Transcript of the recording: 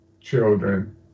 children